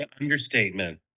understatement